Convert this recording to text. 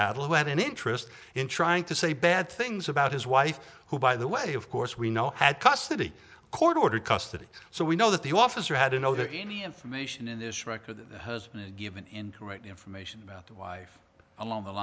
battle who had an interest in trying to say bad things about his wife who by the way of course we know had custody court ordered custody so we know that the officer had to know that any information in this record that has given incorrect information about the wife along the